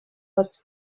was